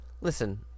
listen